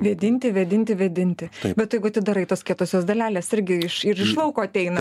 vėdinti vėdinti vėdinti bet jeigu atidarai tos kietosios dalelės irgi iš ir iš lauko ateina